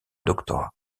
doctorat